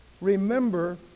remember